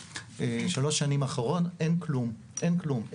ובשנתיים-שלוש שנים האחרונות אין כלום, אין כלום.